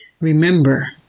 Remember